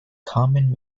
common